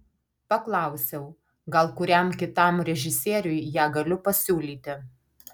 paklausiau gal kuriam kitam režisieriui ją galiu pasiūlyti